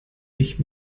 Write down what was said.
ich